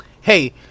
Hey